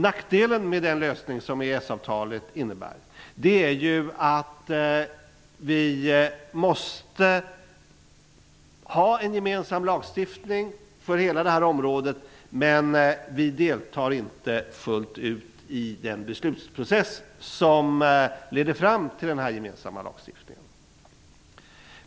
Nackdelen med den lösning som EES-avtalet innebär är ju att vi måste ha en gemensam lagstiftning för hela detta område, men vi deltar inte fullt ut i den beslutsprocess som leder fram till den gemensamma lagstiftningen.